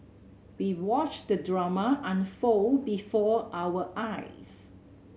we watched the drama unfold before our eyes